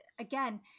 Again